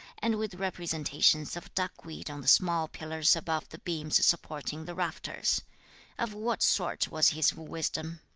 and with representations of duckweed on the small pillars above the beams supporting the rafters of what sort was his wisdom